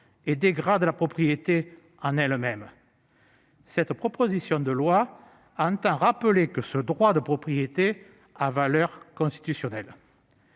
dégradant la propriété elle-même. Cette proposition de loi entend rappeler que le droit de propriété a valeur constitutionnelle.